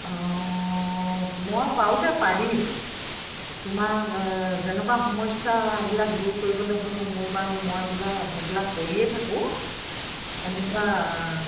অঁ মই পাৰোঁতে পাৰিম তোমাক যেনেকুৱা সমস্যাবিলাক দূৰ কৰিবলে হ'লেও মোৰ বাৰু মই বোলাক সেইবিলাক কৰিয়ে থাকোঁ এনেকুৱা